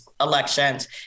elections